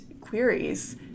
queries